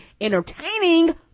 entertaining